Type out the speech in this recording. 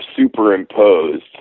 superimposed